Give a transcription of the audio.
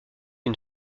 une